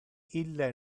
ille